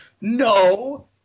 no